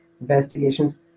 investigations